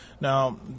Now